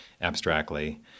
abstractly